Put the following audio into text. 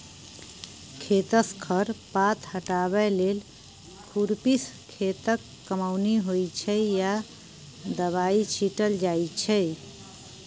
खेतसँ खर पात हटाबै लेल खुरपीसँ खेतक कमौनी होइ छै या दबाइ छीटल जाइ छै